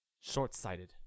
short-sighted